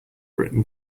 written